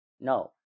no